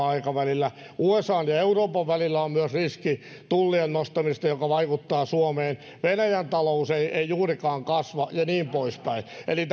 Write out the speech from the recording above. aikavälillä usan ja ja euroopan välillä on myös riski tullien nostamisesta mikä vaikuttaa suomeen venäjän talous ei ei juurikaan kasva ja niin poispäin eli